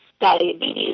diabetes